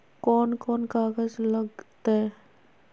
कौन कौन कागज लग तय?